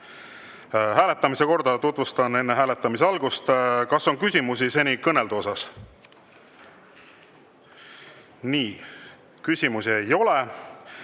Hääletamise korda tutvustan enne hääletamise algust. Kas on küsimusi seni kõneldu kohta? Nii, küsimusi ei ole.